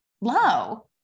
Low